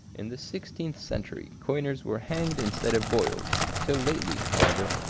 in the sixteenth century, coiners were hanged instead of boiled til! lately, however,